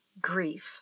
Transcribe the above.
Grief